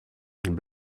and